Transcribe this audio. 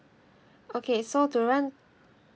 okay so to run